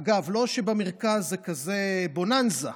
אגב, לא שבמרכז זה כזה בוננזה,